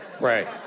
Right